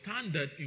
standard